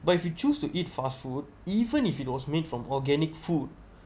but if you choose to eat fast food even if it was made from organic food